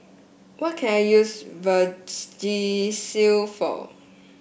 what can I use Vagisil for